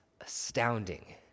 astounding